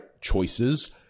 choices